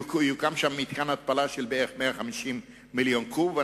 יוקם שם מתקן התפלה של 150 מיליון קוב בערך,